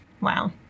Wow